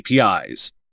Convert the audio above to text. APIs